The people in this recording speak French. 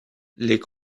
les